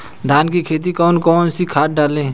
धान की खेती में कौन कौन सी खाद डालें?